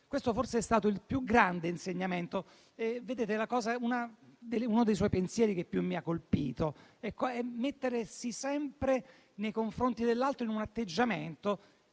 Questo forse è stato il suo più grande insegnamento. Uno dei suoi pensieri che più mi ha colpito è mettersi sempre, nei confronti dell'altro, in un atteggiamento